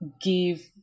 give